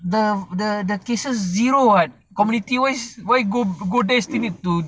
the the the cases zero [what] community wise why go there still still need to